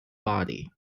body